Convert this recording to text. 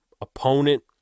opponent